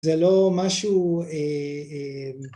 ‫זה לא משהו...